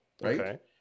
Right